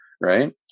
right